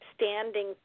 Standing